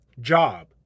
Job